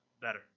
Better